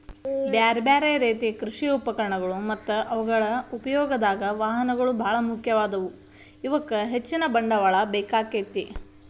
ಬ್ಯಾರ್ಬ್ಯಾರೇ ರೇತಿ ಕೃಷಿ ಉಪಕರಣಗಳು ಮತ್ತ ಅವುಗಳ ಉಪಯೋಗದಾಗ, ವಾಹನಗಳು ಬಾಳ ಮುಖ್ಯವಾದವು, ಇವಕ್ಕ ಹೆಚ್ಚಿನ ಬಂಡವಾಳ ಬೇಕಾಕ್ಕೆತಿ